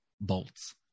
bolts